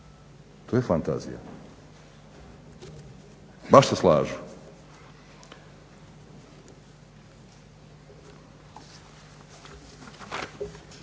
to je fantazija. Baš se slažu.